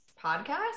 podcast